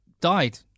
died